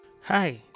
Hi